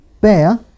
bear